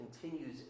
continues